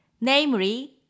namely